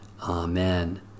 Amen